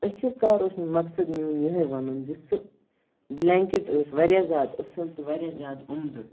ٲخِر کار اوٗس مےٚ مقصد میوٗن یِہٲے وَنُن زِ سۄ بلینٛکیٚٹ ٲس واریاہ زیادٕ اصٕل تہٕ واریاہ زیادٕ عُمدٕ